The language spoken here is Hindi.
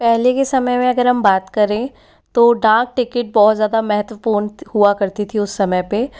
पहले के समय में अगर हम बात करें तो डाक टिकट बहुत ज़्यादा महत्वपूर्ण हुआ करती थी उस समय पर